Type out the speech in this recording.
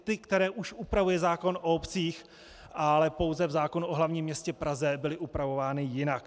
Ty, které už upravuje zákon o obcích, ale pouze v zákonu o hlavním městě Praze byly upravovány jinak.